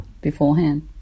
beforehand